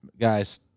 guys